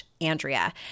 Andrea